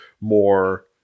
more